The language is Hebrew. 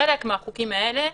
חלק מהחוקים האלה,